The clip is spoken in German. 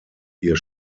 ihr